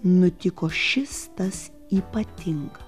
nutiko šis tas ypatinga